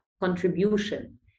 contribution